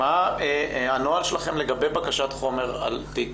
מה הנוהל שלכם לגבי בקשות לראות את התיקים,